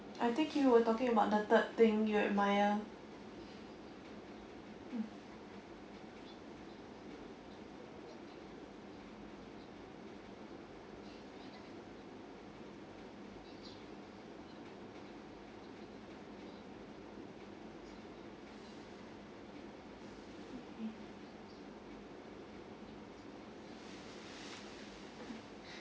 I think you were talking about the third thing you admire mm